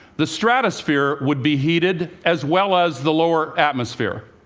the stratosphere would be heated as well as the lower atmosphere,